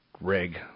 rig